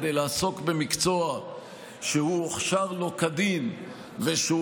וכדי לעסוק במקצוע שהוא הוכשר לו כדין ושהוא